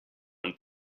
and